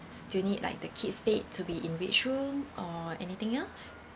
do you need like the kid's bed to be in which room or anything else